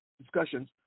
discussions